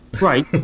Right